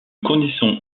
connaissons